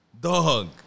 Dog